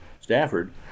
Stafford